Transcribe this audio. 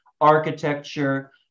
architecture